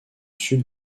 sud